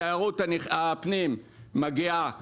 התיירות הפנים מגיעה בחודשי,